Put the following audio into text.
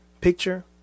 picture